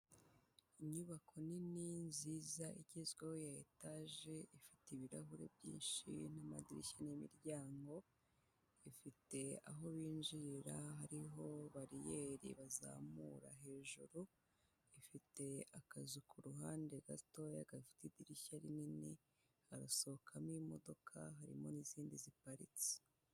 Inyubako nini nziza igezweho ya etaje ifite ibirahure byinshi n'amadirishya n'imiryango, ifite aho binjirira hariho bariyeri bazamura hejuru, ifite akazu ku ruhande gatoya gafite idirishya rinini, harasohokamo imodoka, harimo n'izindi zi paritse.